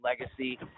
legacy